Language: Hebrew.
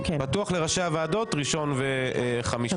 פתוח לראשי הוועדות ביום ראשון וחמישי.